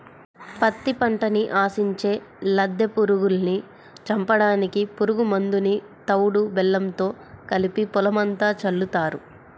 పత్తి పంటని ఆశించే లద్దె పురుగుల్ని చంపడానికి పురుగు మందుని తవుడు బెల్లంతో కలిపి పొలమంతా చల్లుతారు